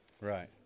Right